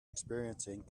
experiencing